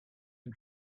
and